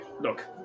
Look